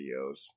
videos